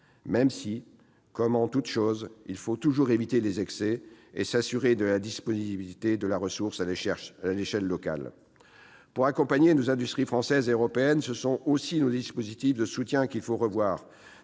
Certes, comme en toute chose, il faut éviter les excès et s'assurer de la disponibilité de la ressource à l'échelle locale. Pour accompagner nos industries françaises et européennes, ce sont aussi nos dispositifs de soutien qu'il faut revoir.